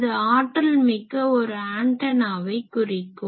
அது ஆற்றல்மிக்க ஒரு ஆன்டனாவை குறிக்கும்